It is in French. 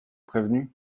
prévenue